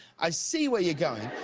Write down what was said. i see where you're going.